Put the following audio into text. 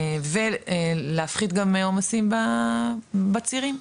ולהפחית גם עומסים בצירים.